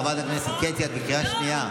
חברת הכנסת קטי, את בקריאה שנייה.